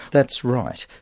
that's right.